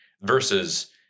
versus